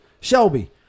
Shelby